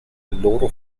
loro